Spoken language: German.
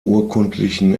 urkundlichen